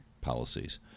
Policies